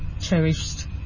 cherished